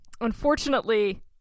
unfortunately